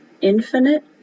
infinite